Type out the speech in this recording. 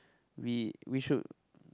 we we should